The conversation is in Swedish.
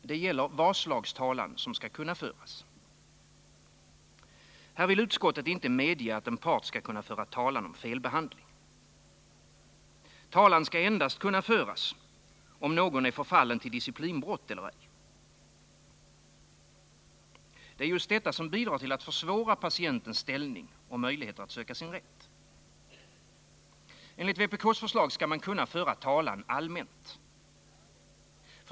Det gäller vad slags talan som skall kunna föras. Här vill utskottet inte medge att en part skall kunna föra talan om felbehandling. Talan skall endast kunna föras om huruvida någon är förfallen till disciplinbrott eller ej. Det är just detta som bidrar till att försvåra patientens ställning och möjligheter att söka sin rätt. Enligt vpk:s förslag skall man kunna föra talan allmänt.